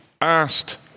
asked